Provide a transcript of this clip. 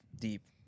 deep